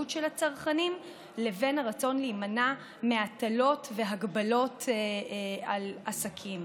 של הצרכנים לבין הרצון להימנע מהטלת הגבלות על עסקים.